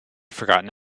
forgotten